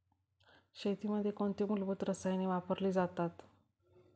शेतीमध्ये कोणती मूलभूत रसायने वापरली जातात?